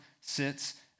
sits